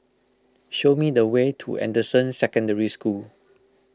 show me the way to Anderson Secondary School